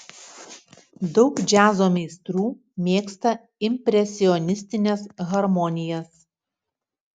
daug džiazo meistrų mėgsta impresionistines harmonijas